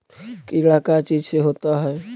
कीड़ा का चीज से होता है?